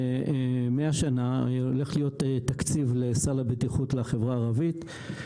ומהשנה הולך להיות תקציב לסל הבטיחות לחברה הערבית.